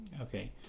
Okay